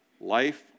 Life